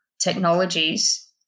technologies